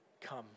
come